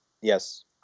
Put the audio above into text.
Yes